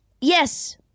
yes